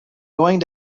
going